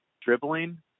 dribbling